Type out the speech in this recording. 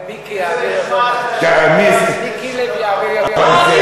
מיקי לוי יעביר יותר מהר.